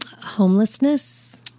homelessness